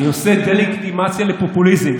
אני עושה דה-לגיטימציה לפופוליזם,